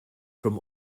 from